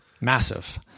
Massive